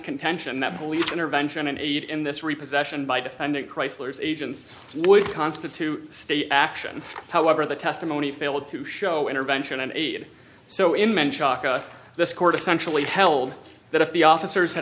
contention that police intervention and eat in this repossession by defendant chryslers agents would constitute stay action however the testimony failed to show intervention an aide so him and shaka this court essentially held that if the officers ha